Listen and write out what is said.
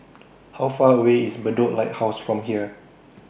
How Far away IS Bedok Lighthouse from here